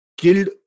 killed